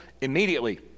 immediately